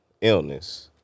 illness